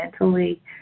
mentally